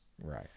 right